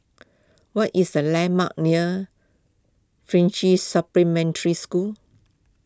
what is the landmarks near French Supplementary School